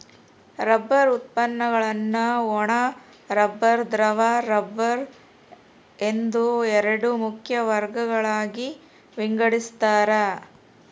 rubber ಉತ್ಪನ್ನಗುಳ್ನ ಒಣ rubber ದ್ರವ ರಬ್ಬರ್ ಎಂದು ಎರಡು ಮುಖ್ಯ ವರ್ಗಗಳಾಗಿ ವಿಂಗಡಿಸ್ತಾರ